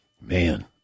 man